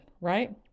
right